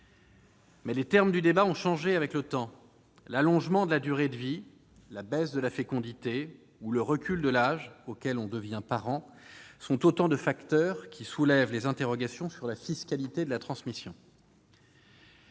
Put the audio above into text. Mais ses termes ont changé avec le temps. L'allongement de la durée de vie, la baisse de la fécondité ou le recul de l'âge auquel on devient parent sont autant de facteurs qui soulèvent des interrogations sur la fiscalité de la transmission.